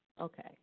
Okay